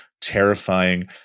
terrifying